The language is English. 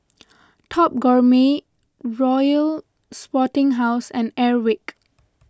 Top Gourmet Royal Sporting House and Airwick